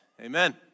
amen